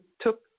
took